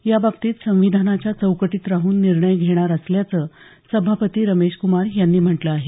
याबाबतीत संविधानाच्या चौकटीत राहून निर्णय घेणार असल्याचं सभापती रमेशक्मार यांनी म्हटलं आहे